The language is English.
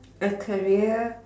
a career